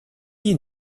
you